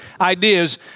ideas